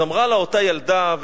אז אמרה לה אותה ילדה,